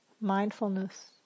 mindfulness